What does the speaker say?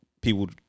people